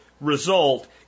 result